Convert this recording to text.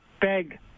beg